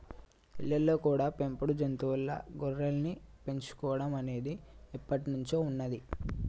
ఇళ్ళల్లో కూడా పెంపుడు జంతువుల్లా గొర్రెల్ని పెంచుకోడం అనేది ఎప్పట్నుంచో ఉన్నది